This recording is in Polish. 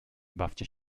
bawcie